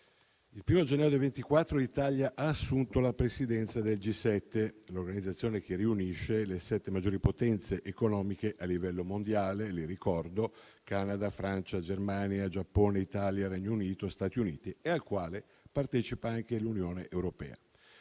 il 1° gennaio 2024 l'Italia ha assunto la Presidenza del G7, l'organizzazione che riunisce le sette maggiori potenze economiche a livello mondiale - che, lo ricordo, sono Canada, Francia, Germania, Giappone, Italia, Regno Unito e Stati Uniti - e alla quale partecipa anche l'Unione europea.